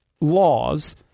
laws